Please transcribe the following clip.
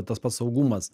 tas pats saugumas